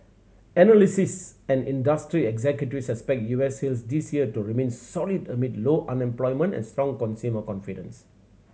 analysts and industry executives expect U S sales this year to remain solid amid low unemployment and strong consumer confidence